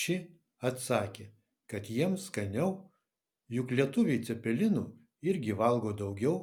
ši atsakė kad jiems skaniau juk lietuviai cepelinų irgi valgo daugiau